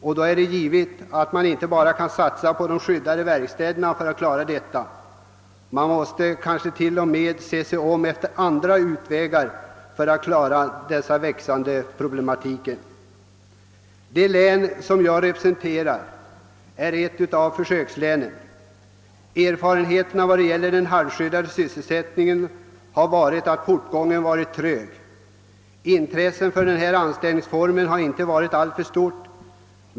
Det är givet att man inte bara kan satsa på de skyddade verkstäderna för att klara en sådan situation. Man måste kanske t.o.m. se sig om efter andra utvägar för att bemästra den växande problematiken. Det län som jag representerar är ett av försökslänen. Erfarenheterna av den halvskyddade sysselsättningen har varit att föret i portgången är trögt. Intresset för denna anställningsform har inte varit alltför stort.